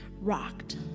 rocked